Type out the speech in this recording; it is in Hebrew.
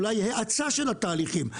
אולי האצה של התהליכים,